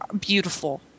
beautiful